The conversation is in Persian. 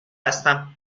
هستم